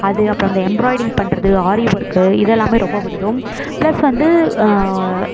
அது அப்றம் அந்த எம்ப்ராய்ண்டிங் பண்ணுறது ஆரி ஒர்க்கு இதலாம் ரொம்ப பிடிக்கும் ப்ளஸ் வந்து